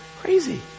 Crazy